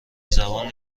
زبان